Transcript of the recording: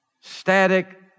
static